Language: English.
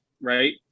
right